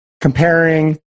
Comparing